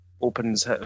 opens